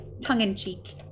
tongue-in-cheek